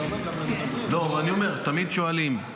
אני אומר, תמיד שואלים.